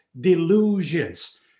delusions